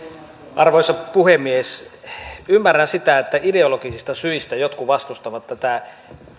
arvoisa puhemies ymmärrän sitä että ideologista syistä jotkut vastustavat tätä